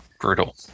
Brutal